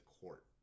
court